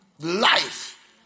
Life